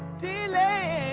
delay